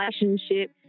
relationship